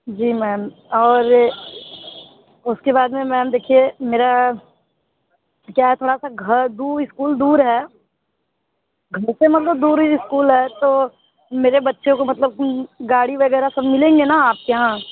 जी ma'am और उसके बाद में मैम देखिए मेरा क्या है थोड़ा सा घर दूर ईस्कूल दूर है घर से मतलब दूर ही ईस्कूल है तो मेरे बच्चों को मतलब गाड़ी वगैरह सब मिलेंगे ना आपके यहाँ